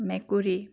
মেকুৰী